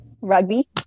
Rugby